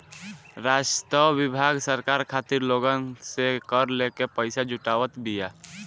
राजस्व विभाग सरकार खातिर लोगन से कर लेके पईसा जुटावत बिया